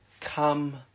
Come